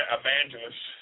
evangelist